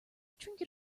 trinket